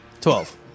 Twelve